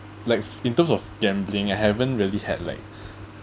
like f~ in terms of gambling I haven't really had like